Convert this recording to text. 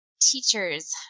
teachers